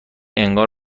انگار